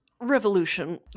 revolution